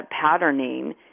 patterning